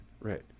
right